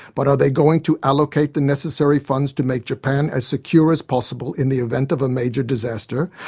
but are they going to allocate the necessary funds to make japan as secure as possible in the event of a major disaster?